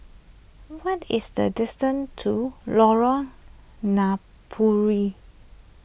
what is the distance to Lorong Napiri